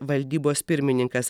valdybos pirmininkas